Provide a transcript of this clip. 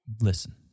Listen